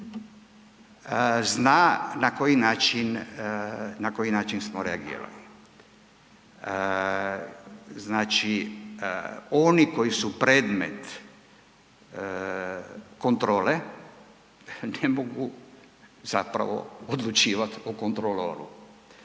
zna na koji način smo reagirali. Znači oni koji su predmet kontrole, ne mogu zapravo odlučivati zapravo